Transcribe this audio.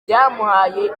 byamuhaye